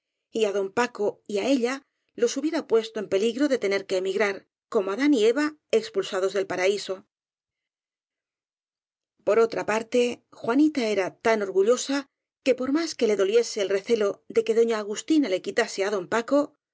á don paco y á ella los hubiera puesto en peligro de tener que emigrar como adán y eva expulsados del paraíso por otra parte juanita era tan orgullosa que por más que le doliese el recelo de que doña agustina le quitase á don paco